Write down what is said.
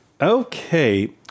Okay